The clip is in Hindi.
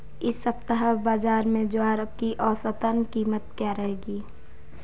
इस सप्ताह बाज़ार में ज्वार की औसतन कीमत क्या रहेगी?